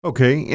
Okay